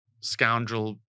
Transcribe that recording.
scoundrel